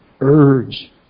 urge